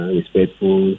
Respectful